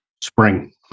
Spring